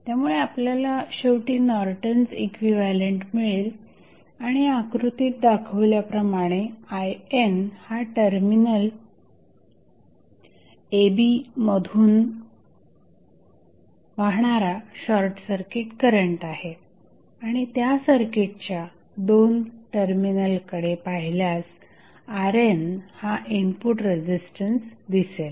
त्यामुळे आपल्याला शेवटी नॉर्टन्स इक्विव्हॅलंट मिळेल आणि आकृतीत दाखविल्याप्रमाणे IN हा टर्मिनल a b मधून वाहणारा शॉर्टसर्किट करंट आहे आणि त्या सर्किटच्या दोन टर्मिनलकडे पाहिल्यास RN हा इनपुट रेझिस्टन्स दिसेल